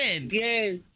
Yes